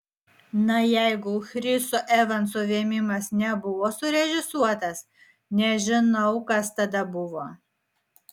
na jeigu chriso evanso vėmimas nebuvo surežisuotas nežinau kas tada buvo